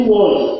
one